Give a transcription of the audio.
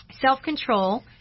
self-control